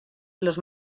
los